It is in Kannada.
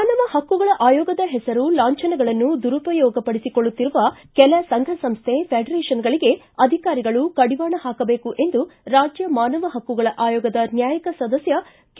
ಮಾನವ ಹಕ್ಕುಗಳ ಆಯೋಗದ ಹೆಸರು ಲಾಂಭನಗಳನ್ನು ದುರುಪಯೋಗಪಡಿಸಿಕೊಳ್ಳುತ್ತಿರುವ ಕೆಲ ಸಂಘ ಸಂಸ್ಕೆ ಫೆಡರೇಷನ್ಗಳಿಗೆ ಅಧಿಕಾರಿಗಳು ಕಡಿವಾಣ ಪಾಕಬೇಕು ಎಂದು ರಾಜ್ಯ ಮಾನವ ಪಕ್ಕುಗಳ ಆಯೋಗದ ನ್ಯಾಯಿಕ ಸದಸ್ಯ ಕೆ